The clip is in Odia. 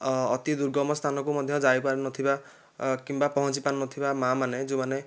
ଅତି ଦୁର୍ଗମ ସ୍ଥାନକୁ ମଧ୍ୟ ଯାଇପାରୁ ନଥିବା ଓ କିମ୍ବା ପହଁଞ୍ଚି ପାରୁନଥିବା ମାଆମାନେ ଯୋଉମାନେ